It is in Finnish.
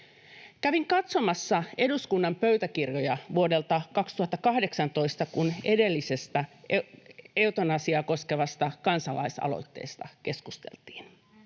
Kävin katsomassa eduskunnan pöytäkirjoja vuodelta 2018, kun edellisestä eutanasiaa koskevasta kansalaisaloitteesta keskusteltiin.